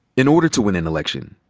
in order to win an election,